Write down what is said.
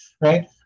right